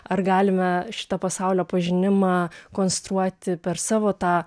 ar galime šitą pasaulio pažinimą konstruoti per savo tą